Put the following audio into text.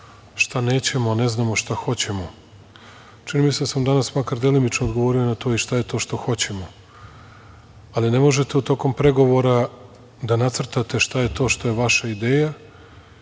šta nećemo, a ne znamo šta hoćemo, čini mi se da sam danas makar delimično odgovorio na to šta je to što hoćemo, ali ne možete tokom pregovora da nacrtate šta je to što je vaša ideja